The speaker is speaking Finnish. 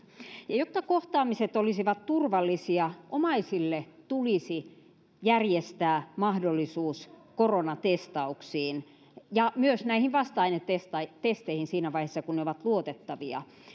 jotta kohtaamiset olisivat turvallisia omaisille tulisi järjestää mahdollisuus koronatestauksiin ja myös näihin vasta ainetesteihin siinä vaiheessa kun ne ovat luotettavia